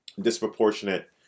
Disproportionate